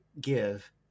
give